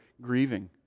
grieving